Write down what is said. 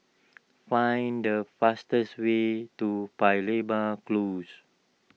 find the fastest way to Paya Lebar Close